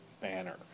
banner